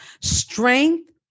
strength